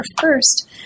first